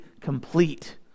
complete